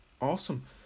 Awesome